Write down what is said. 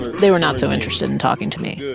they were not so interested in talking to me.